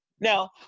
Now